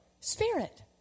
Spirit